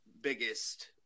biggest